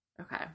Okay